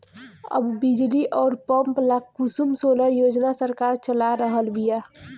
अब बिजली अउर पंप ला कुसुम सोलर योजना सरकार चला रहल बिया